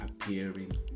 appearing